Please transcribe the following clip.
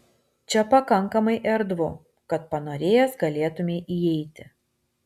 čia pakankamai erdvu kad panorėjęs galėtumei įeiti